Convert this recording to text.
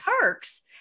Turks